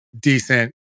decent